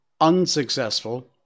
unsuccessful